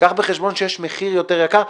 קח בחשבון שיש מחיר יותר יקר,